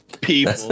People